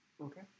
Okay